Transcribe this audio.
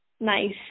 nice